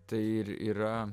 tai ir yra